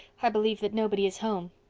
i believe that nobody is home.